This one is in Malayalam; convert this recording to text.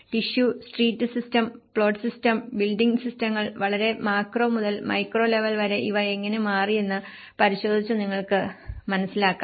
tissue street system plot system building സിസ്റ്റങ്ങൾ വളരെ മാക്രോ മുതൽ മൈക്രോ ലെവൽ വരെ ഇവ എങ്ങനെ മാറിയെന്ന് പരിശോധിച്ചു നിങ്ങൾക്ക് മനസിലാക്കാം